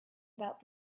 about